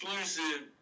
exclusive